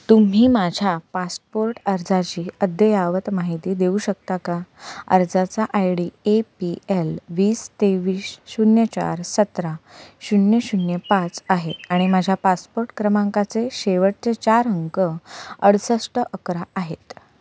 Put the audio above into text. तुम्ही माझ्या पासपोर्ट अर्जाची अद्ययावत माहिती देऊ शकता का अर्जाचा I D A P L वीस तेवीस शून्य चार सतरा शून्य शून्य पाच आहे आणि माझ्या पासपोर्ट क्रमांकाचे शेवटचे चार अंक अडुसष्ट अकरा आहेत